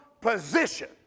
position